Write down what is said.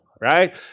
right